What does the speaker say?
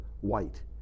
white